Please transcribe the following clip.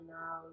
now